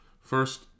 First